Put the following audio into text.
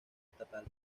estatal